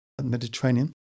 Mediterranean